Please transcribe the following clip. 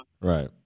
Right